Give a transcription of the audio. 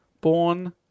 Born